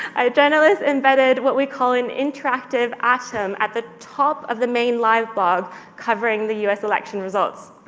a journalist embedded what we call an interactive atom at the top of the main live blog covering the us election results.